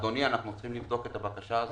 אדוני, אנחנו צריכים לבדוק את הבקשה הזאת.